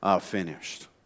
finished